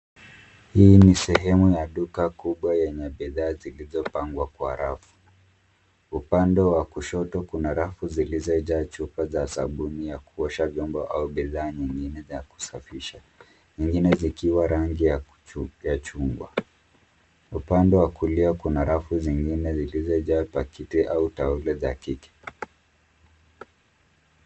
Hii ni sehemu ya duka kubwa yenye bidhaa zilizopangwa kwa rafu. Upande wa kushoto, kuna rafu zilizojaa chupa za sabuni ya kuosha vyombo au bidhaa nyingi na kusafisha nyingine zikiwa rangi ya chungwa. Upande wa kulia kuna rafu zingine zilizojaa pakiti au taulo za kike.